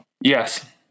Yes